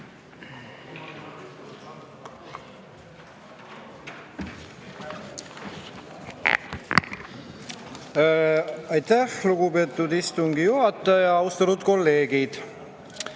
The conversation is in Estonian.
Aitäh, lugupeetud istungi juhataja! Austatud kolleegid!